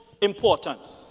importance